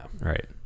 Right